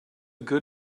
good